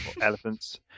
elephants